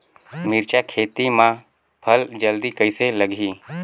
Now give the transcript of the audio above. मिरचा खेती मां फल जल्दी कइसे लगही?